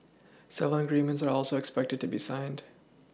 several agreements are also expected to be signed